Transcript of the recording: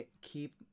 keep